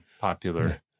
popular